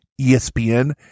ESPN